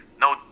No